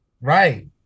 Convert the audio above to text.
Right